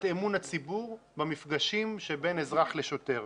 אמון הציבור במפגשים שבין אזרח לשוטר.